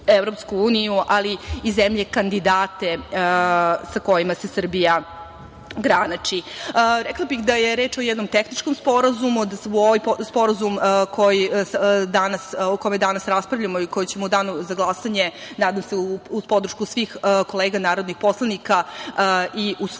ali i zemlje kandidate sa kojima se Srbija graniči. Rekla bih da je reč o jednom tehničkom sporazumu, da je ovo sporazum o kome danas raspravljamo i koji ćemo u Danu za glasanje, nadam se uz podršku svih kolega narodnih poslanika, i usvojiti